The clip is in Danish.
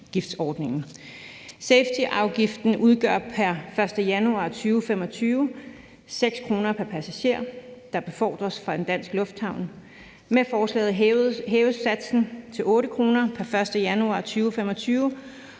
Safetyafgiften udgør pr. 1. januar 2025 6 kr. pr. passager, der befordres fra en dansk lufthavn. Med forslaget hæves satsen til 8 kr. pr. 1. januar 2025,